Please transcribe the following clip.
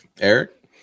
Eric